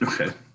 okay